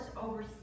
over